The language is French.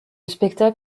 spectacle